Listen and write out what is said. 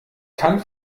kann